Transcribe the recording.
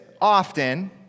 often